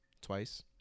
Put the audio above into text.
Twice